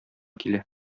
килә